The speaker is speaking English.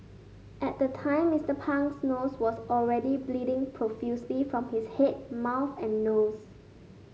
at the time Mister Pang's nose was already bleeding profusely from his head mouth and nose